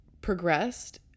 progressed